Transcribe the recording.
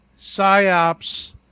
psyops